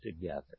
together